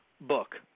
book